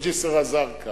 בג'סר-א-זרקא